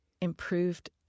improved